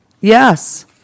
Yes